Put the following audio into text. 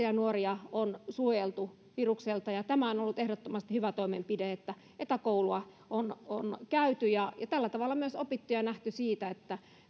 ja nuoria on suojeltu virukselta tämä on ollut ehdottomasti hyvä toimenpide että etäkoulua on on käyty tällä tavalla on myös opittu ja nähty se